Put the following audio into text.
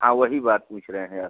हाँ वही बात पूछ रहे हैं आपसे